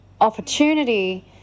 opportunity